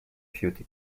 beauty